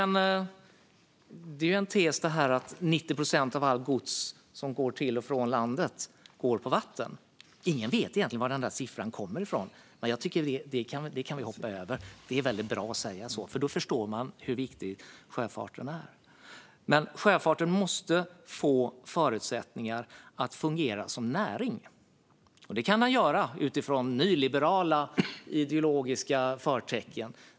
En tes är att 90 procent av allt gods som går till och från landet går på vatten. Ingen vet egentligen var den där siffran kommer ifrån, men det kan vi hoppa över - det är väldigt bra att säga så, för då förstår man hur viktig sjöfarten är. Men sjöfarten måste få förutsättningar att fungera som näring. Det kan den göra med nyliberala ideologiska förtecken.